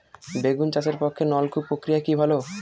বেগুন চাষের পক্ষে নলকূপ প্রক্রিয়া কি ভালো?